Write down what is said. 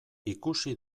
ikusi